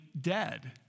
dead